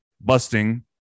busting